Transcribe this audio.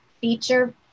feature